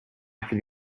after